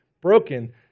broken